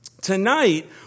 Tonight